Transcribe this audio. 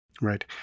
Right